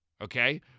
okay